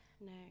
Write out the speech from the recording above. No